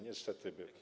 Niestety był.